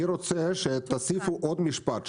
אני רוצה שתוסיפו עוד משפט,